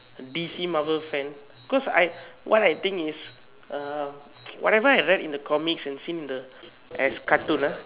D_C Marvel fan cause I why I think is um whatever I read in the comics and seen in the as cartoon ah